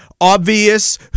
obvious